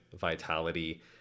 vitality